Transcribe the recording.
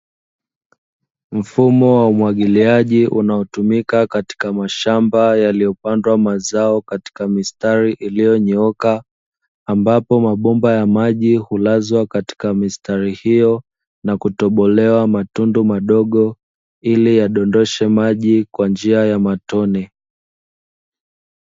Mfumo wa umwagiliaji unaotumika katika mashamba yaliyopandwa mazao katika mistari iliyonyooka, ambapo mabomba ya maji hulazwa katika mistari hiyo na kutobolewa matundu madogo ili yadondoshe maji kwa njia ya matone.